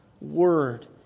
word